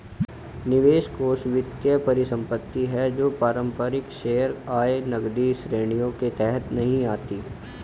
निवेश कोष वित्तीय परिसंपत्ति है जो पारंपरिक शेयर, आय, नकदी श्रेणियों के तहत नहीं आती